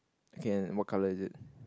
K and what colour is it